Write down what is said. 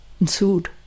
ensued